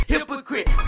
Hypocrite